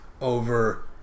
Over